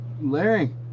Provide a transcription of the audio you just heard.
Larry